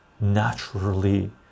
naturally